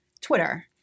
twitter